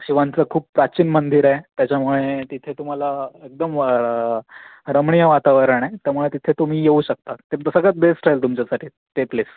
शिवांचं खूप प्राचीन मंदिर आहे त्याच्यामुळे तिथे तुम्हाला एकदम वा रमणीय वातावरण आहे त्यामुळे तिथे तुम्ही येऊ शकता ते सगळ्यात बेस्ट राहील तुमच्यासाठी ते प्लेस